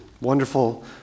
Wonderful